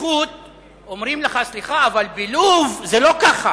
צריך להגיד את האמת: